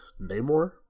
Namor